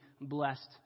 blessed